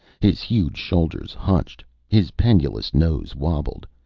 his huge shoulders hunched, his pendulous nose wobbled,